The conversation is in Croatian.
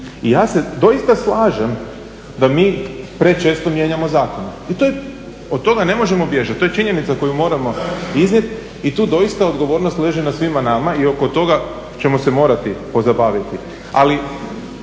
I ja se doista slažem da mi prečesto mijenjamo zakone i od toga ne možemo bježati, to je činjenica koju moramo iznijet i tu doista odgovornost leži na svima nama i oko tog ćemo se morati pozabaviti. Ali